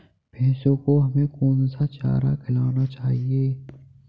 भैंसों को हमें कौन सा चारा खिलाना चाहिए?